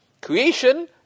creation